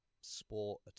sport